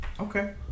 Okay